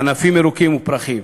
ענפים ירוקים ופרחים.